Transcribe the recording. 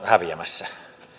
häviämässä